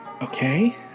Okay